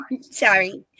Sorry